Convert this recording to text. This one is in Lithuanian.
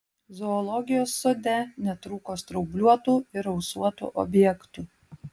zoologijos sode netrūko straubliuotų ir ausuotų objektų